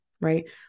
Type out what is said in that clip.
right